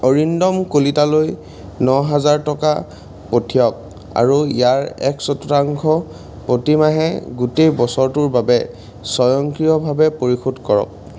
অৰিন্দম কলিতালৈ ন হেজাৰ টকা পঠিয়াওক আৰু ইয়াৰ এক চতুৰ্থাংশ প্ৰতিমাহে গোটেই বছৰটোৰ বাবে স্বয়ংক্ৰিয়ভাৱে পৰিশোধ কৰক